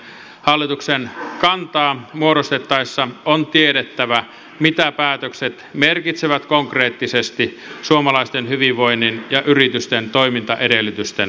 hallituksen kantaa muodostettaessa on tiedettävä mitä päätökset merkitsevät konkreettisesti suomalaisten hyvinvoinnin ja yritysten toimintaedellytysten kannalta